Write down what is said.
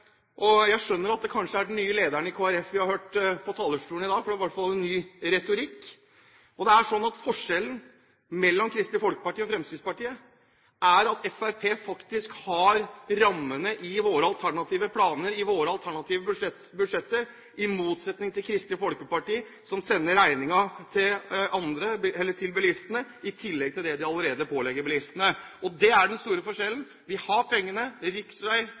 Jeg skjønner at det kanskje er den nye lederen i Kristelig Folkeparti vi har hørt på talerstolen i dag, for det var i hvert fall ny retorikk. Og forskjellen mellom Kristelig Folkeparti og Fremskrittspartiet er at Fremskrittspartiet faktisk har rammene i sine alternative planer og i sine alternative budsjetter, i motsetning til Kristelig Folkeparti, som sender regningen til bilistene i tillegg til det de allerede pålegger dem. Det er den store forskjellen. Vi har pengene,